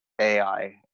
AI